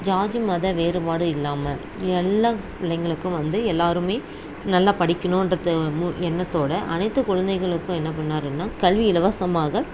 ஜாதி மத வேறுபாடு இல்லாம எல்லா பிள்ளைங்களுக்கும் வந்து எல்லாருமே நல்ல படிக்கணும்ன்ற எண்ணத்தோட அனைத்து குழந்தைகளுக்கும் என்ன பண்ணாருன்னா கல்வி இலவசமாக